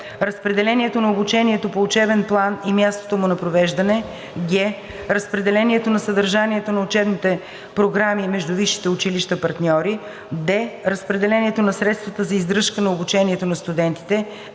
разпределението на обучението по учебен план и мястото му на провеждане; г) разпределението на съдържанието на учебните програми между висшите училища партньори; д) разпределението на средствата за издръжка на обучението на студентите;